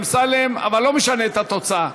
אבל לא משנה את התוצאה.